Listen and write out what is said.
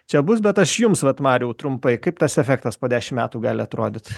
čia bus bet aš jums vat mariau trumpai kaip tas efektas po dešim metų gali atrodyt